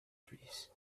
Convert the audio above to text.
trees